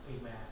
Amen